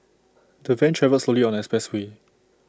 the van travelled slowly on the expressway